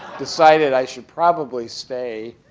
decided i should probably stay